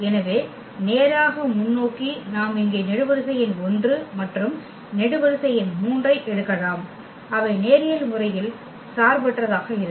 எனவே நேராக முன்னோக்கி நாம் இங்கே நெடுவரிசை எண் 1 மற்றும் நெடுவரிசை எண் 3 ஐ எடுக்கலாம் அவை நேரியல் முறையில் சார்பற்றதாக இருக்கும்